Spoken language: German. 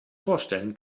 vorstellen